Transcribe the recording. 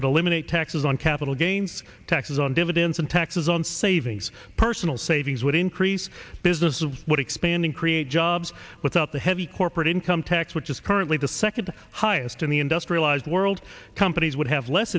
would eliminate taxes on capital gains taxes on dividends and taxes on savings personal savings would increase business of what expanding create jobs without the heavy corporate income tax which is currently the second highest in the industrialized world companies would have less